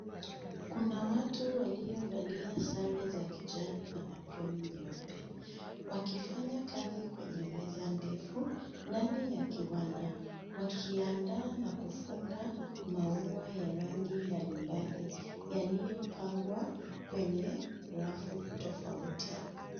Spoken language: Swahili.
Kuna watu waliovalia sare za kijani na aproni nyeupe, wakianya kazi kwenye meza ndefu ndani ya kiwanda wakiandaa na kufunga maua ya rangi mbalimbali yaliyopangwa kwenye rafu tofauti.